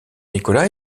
nicolas